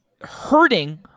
hurting